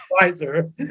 advisor